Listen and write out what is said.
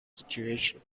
situation